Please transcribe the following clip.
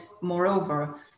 moreover